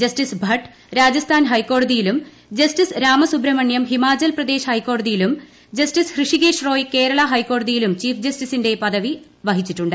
justice Bhat Rajasthan ഹൈക്കോടതിയിലും justice Ramasubramanian Himachal Pradesh പ്ട്ജസ്റ്റിസ് ഹൃഷികേശ്റോയ് കേരള ഹൈക്കോടതിയിലും ചീഫ്ജസ്റ്റിസിന്റെ പദവി വഹിച്ചിട്ടുണ്ട്